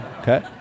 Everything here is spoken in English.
okay